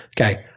Okay